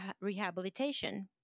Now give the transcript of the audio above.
rehabilitation